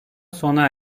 sona